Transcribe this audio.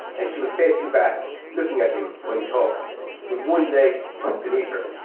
and she was facing back looking at him while he talked with one leg tucked beneath her,